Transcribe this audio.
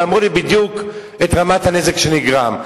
ואמרו לי בדיוק את רמת הנזק שנגרם.